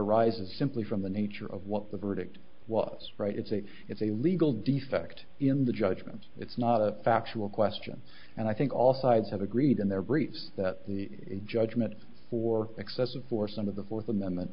arises simply from the nature of what the verdict was right it's a it's a legal defect in the judgment it's not a factual question and i think all sides have agreed in their briefs that the judgment for excessive force under the fourth amendment